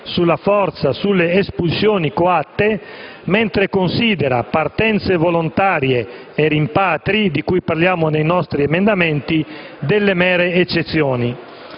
sulla forza, sulle espulsioni coatte, mentre considera partenze volontarie e rimpatri - di cui parliamo nei nostri emendamenti - delle mere eccezioni,